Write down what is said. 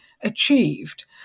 achieved